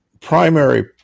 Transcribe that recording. primary